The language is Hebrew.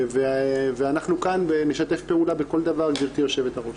אנחנו כאן נשתף פעולה בכל דבר, גבירתי יושבת-הראש.